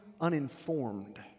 uninformed